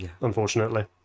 unfortunately